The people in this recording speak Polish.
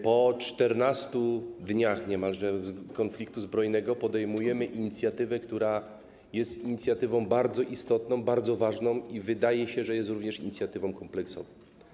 Po niemalże 14 dniach konfliktu zbrojnego podejmujemy inicjatywę, która jest inicjatywą bardzo istotną, bardzo ważną i wydaje się, że jest również inicjatywą kompleksową.